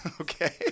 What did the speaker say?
Okay